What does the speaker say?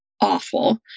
awful